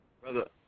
Brother